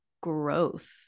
growth